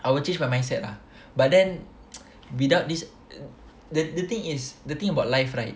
I will change my mindset lah but then without this the the thing is the thing about life right